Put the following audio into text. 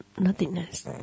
nothingness